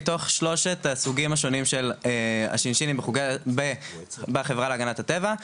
מתוך שלושת הסוגים השונים של הש"ש בחברה להגנת הטבע,